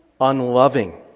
unloving